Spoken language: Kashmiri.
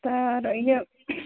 تیار یہِ